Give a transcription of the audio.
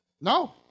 No